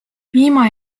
piima